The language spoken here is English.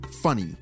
funny